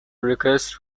request